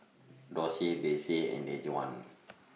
Dorsey Besse and Dejuan